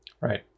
Right